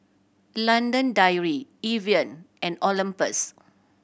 London Dairy Evian and Olympus